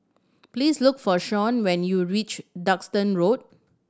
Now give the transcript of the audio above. please look for Shon when you reach Duxton Road